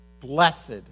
Blessed